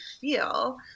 feel